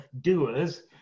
doers